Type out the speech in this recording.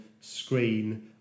screen